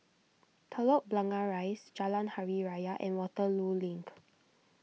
Telok Blangah Rise Jalan Hari Raya and Waterloo Link